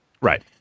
right